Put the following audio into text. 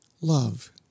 love